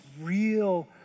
real